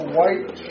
white